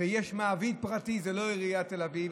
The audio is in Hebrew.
ויש מעביד פרטי, זה לא עירית תל אביב.